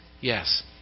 Yes